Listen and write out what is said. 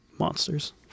monsters